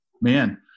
man